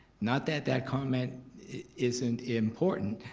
not that that comment isn't important,